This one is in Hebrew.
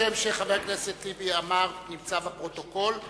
השם שחבר הכנסת טיבי אמר נמצא בפרוטוקול,